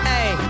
Hey